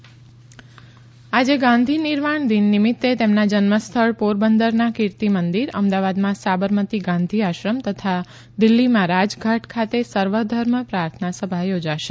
ગાંધીનિર્વાણ દિન આજે ગાંધી નિર્વાણ દિન નિમિત્તે તેમના જન્મ સ્થળ પોરબંદરના કીર્તિ મંદિર અમદાવાદમાં સાબરમતી ગાંધી આશ્રમ તેમજ દિલ્હીમાં રાજઘાટ ખાતે આજે સર્વધર્મ પ્રાર્થના સભા યોજાશે